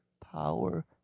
power